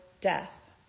death